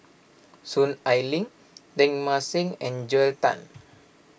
Soon Ai Ling Teng Mah Seng and Joel Tan